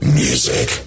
music